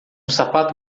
sapato